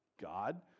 God